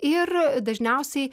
ir dažniausiai